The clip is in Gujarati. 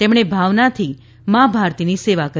તેમણે ભાવનાથી મા ભારતીની સેવા કરી